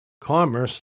commerce